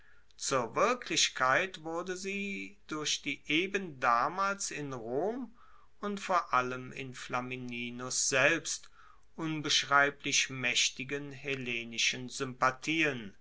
zur wirklichkeit wurde sie durch die eben damals in rom und vor allem in flamininus selbst unbeschreiblich maechtigen hellenischen sympathien